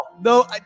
No